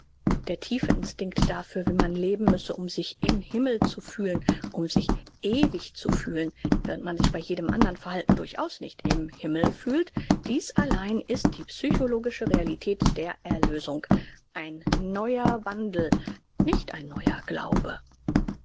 der tiefe instinkt dafür wie man leben müsse um sich im himmel zu fühlen um sich ewig zu fühlen während man sich bei jedem andern verhalten durchaus nicht im himmel fühlt dies allein ist die psychologische realität der erlösung ein neuer wandel nicht ein neuer glaube